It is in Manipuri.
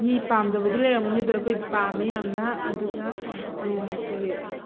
ꯃꯤ ꯄꯥꯝꯗꯕꯗꯤ ꯂꯩꯔꯝꯒꯅꯤ ꯑꯗꯨ ꯑꯩꯈꯣꯏꯗꯤ ꯄꯥꯝꯃꯤ ꯌꯥꯝꯅ ꯑꯗꯨꯒ ꯀꯔꯤ